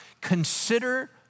Consider